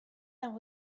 and